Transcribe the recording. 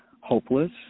hopeless